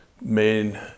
main